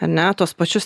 ar ne tuos pačius